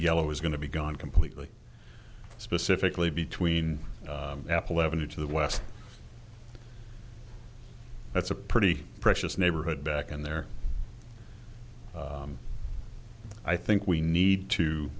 yellow is going to be gone completely specifically between apple avenue to the west that's a pretty precious neighborhood back and there i think we need to